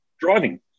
driving